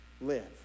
live